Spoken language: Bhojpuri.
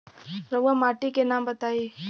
रहुआ माटी के नाम बताई?